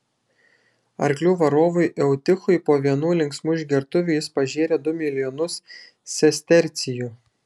arklių varovui eutichui po vienų linksmų išgertuvių jis pažėrė du milijonus sestercijų